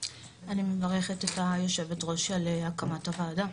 אני מברכת את היושבת-ראש של הקמת הוועדה.